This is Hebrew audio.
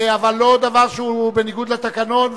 אבל לא דבר שהוא בניגוד לתקנון,